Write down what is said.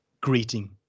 greeting